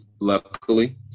luckily